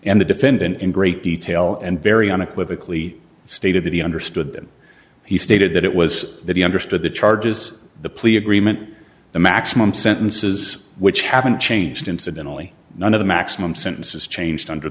and the defendant in great detail and very unequivocal e stated that he understood that he stated that it was that he understood the charges the plea agreement the maximum sentences which haven't changed incidentally none of the maximum sentences changed under